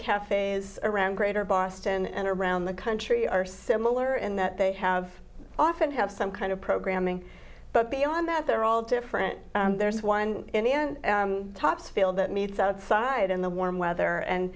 cafes around greater boston and around the country are similar in that they have often have some kind of programming but beyond that they're all different there's one in the end topsfield that meets outside in the warm weather and